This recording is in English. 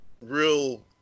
real